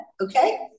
okay